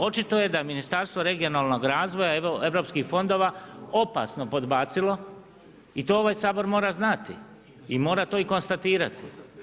Očito je da Ministarstvo regionalnog razvoja i europskih fondova opasno podbacilo i to ovaj Sabor mora znati i mora to konstatirati.